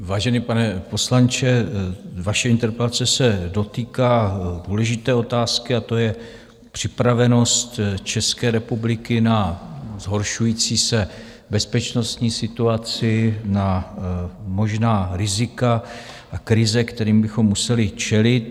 Vážený pane poslanče, vaše interpelace se dotýká důležité otázky a tou je připravenost České republiky na zhoršující se bezpečnostní situaci, na možná rizika a krize, kterým bychom museli čelit.